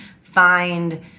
find